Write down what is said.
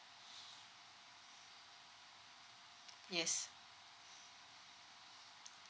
yes